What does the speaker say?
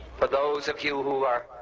for those of you who are